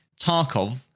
Tarkov